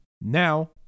Now